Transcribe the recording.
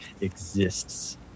exists